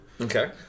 okay